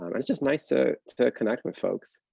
um it's just nice to to connect with folks.